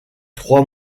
trois